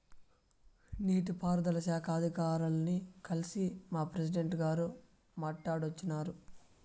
నీటి పారుదల శాఖ అధికారుల్ని కల్సి మా ప్రెసిడెంటు గారు మాట్టాడోచ్చినారు